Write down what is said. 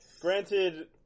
granted